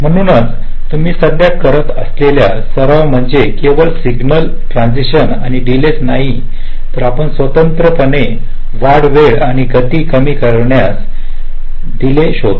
म्हणूनच तुम्ही सध्या करत असलेला सराव म्हणजे केवळ सिग्नल ट्रान्झिशन आणि डीले च नाही तर आपण स्वतंत्रपणे वाढ वेळ आणि गती कमी होण्यास डीले शोधतो